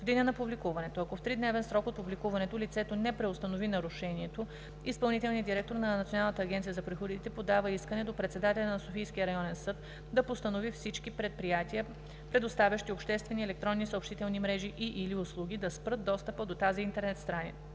в деня на публикуването. Ако в тридневен срок от публикуването лицето не преустанови нарушението, изпълнителният директор на Националната агенция за приходите подава искане до председателя на Софийския районен съд да постанови всички предприятия, предоставящи обществени електронни съобщителни мрежи и/или услуги, да спрат достъпа до тези интернет страници.